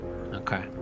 okay